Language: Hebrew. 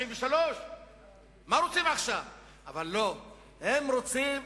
1993. מה רוצים עכשיו?